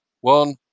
one